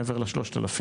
מעבר ל-3,000,